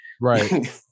Right